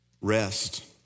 Rest